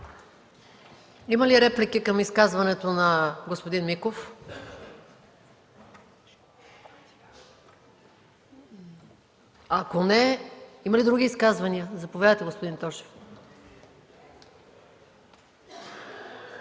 Има ли реплики към изказването на господин Миков? Не. Има ли други изказвания? Заповядайте, господин Тошев.